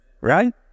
Right